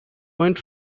went